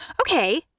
Okay